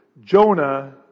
Jonah